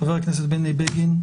חבר הכנסת בני בגין,